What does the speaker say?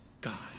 God